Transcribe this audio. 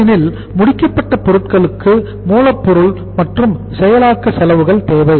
ஏனெனில் முடிக்கப்பட்ட பொருட்களுக்கு மூலப்பொருள் மற்றும் செயலாக்க செலவுகள் தேவை